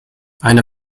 eine